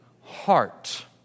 heart